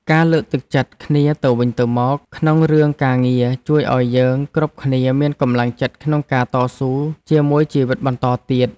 ការលើកទឹកចិត្តគ្នាទៅវិញទៅមកក្នុងរឿងការងារជួយឱ្យយើងគ្រប់គ្នាមានកម្លាំងចិត្តក្នុងការតស៊ូជាមួយជីវិតបន្តទៀត។